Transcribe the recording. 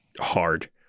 hard